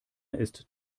ist